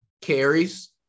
Carries